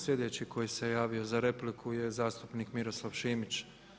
Slijedeći koji se javio za repliku je zastupnik Miroslav Šimić.